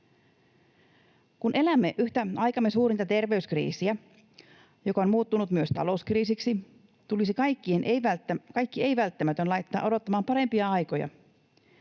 Kun elämme yhtä aikamme suurinta terveyskriisiä, joka on muuttunut myös talouskriisiksi, tulisi kaikki ei-välttämätön laittaa odottamaan parempia aikoja.